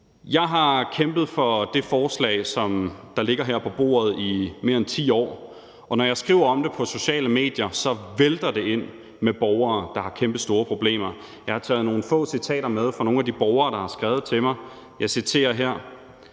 Jeg har kæmpet for det forslag, der ligger her på bordet, i mere end 10 år, og når jeg skriver om det på sociale medier, vælter det ind med kommentarer fra borgere, der har kæmpestore problemer. Jeg har taget nogle få citater med fra nogle af de borgere, der har skrevet til mig – og jeg citerer her: